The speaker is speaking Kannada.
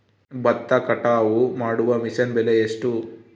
ಭತ್ತ ಕಟಾವು ಮಾಡುವ ಮಿಷನ್ ಬೆಲೆ ಎಷ್ಟು?